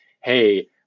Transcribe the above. hey